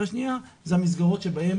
והשנייה, אלו המסגרות שבהן